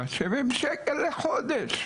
70 שקלים לחודש.